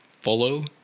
follow